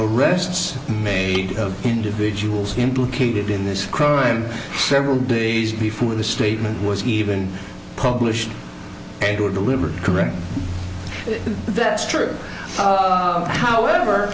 arrests made of individuals implicated in this crime several days before the statement was even published and were delivered correct that's true however